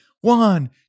One